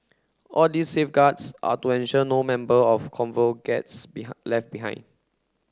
all these safeguards are to ensure no member of the convoy gets left behind